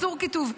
אסור כיתוב,